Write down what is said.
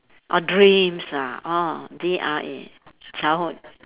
oh dreams ah orh they are err childhood